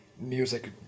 Music